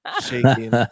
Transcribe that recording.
Shaking